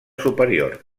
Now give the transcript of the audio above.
superior